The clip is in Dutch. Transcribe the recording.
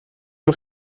nog